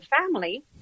family